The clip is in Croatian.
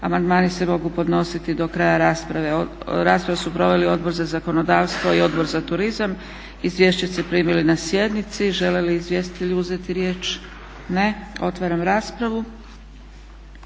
Amandmani se mogu podnositi do kraja rasprave. Raspravu su proveli Odbor za zakonodavstvo i Odbor za turizam. Izvješća ste primili na sjednici. Žele li izvjestitelji uzeti riječ? Ne. Otvaram raspravu.